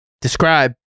Describe